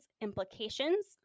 implications